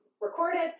recorded